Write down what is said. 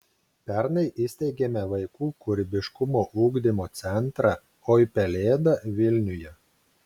pernai įsteigėme vaikų kūrybiškumo ugdymo centrą oi pelėda vilniuje